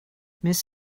miss